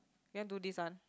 you want do this one